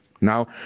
Now